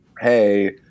Hey